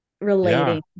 relating